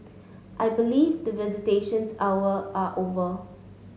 I believe the visitations hour are over